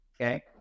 Okay